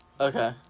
Okay